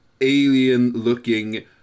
alien-looking